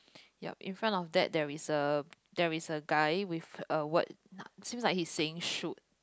yup in front of that there's a there's a guy with a word seems like he's saying should